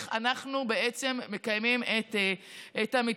על איך אנחנו בעצם מקיימים את המתווה